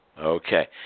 Okay